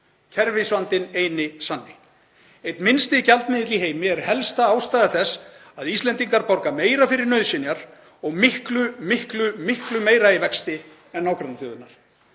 Kerfisvandinn eini sanni. Einn minnsti gjaldmiðill í heimi er helsta ástæða þess að Íslendingar borga meira fyrir nauðsynjar og miklu, miklu, miklu meira í vexti en nágrannaþjóðirnar.